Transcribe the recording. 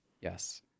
yes